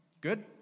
Good